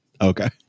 Okay